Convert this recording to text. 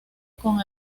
con